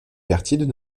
quartiers